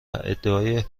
ادعای